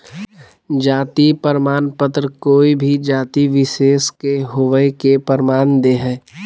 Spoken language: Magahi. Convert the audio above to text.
जाति प्रमाण पत्र कोय भी जाति विशेष के होवय के प्रमाण दे हइ